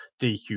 DQ